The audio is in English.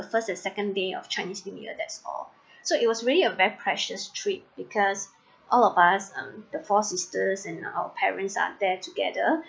the first and second day of chinese new year that's all so it was really a very precious trip because all of us um the four sisters and our parents are there together